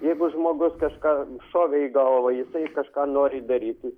jeigu žmogus kažkam šovė į galvą jisai kažką nori daryti